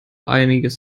einiges